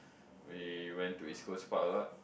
we went to East-Coast-Park a lot